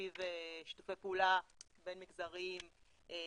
סביב שיתופי פעולה בין מגזריים לאוכלוסיות.